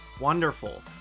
Wonderful